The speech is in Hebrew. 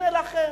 הנה לכם,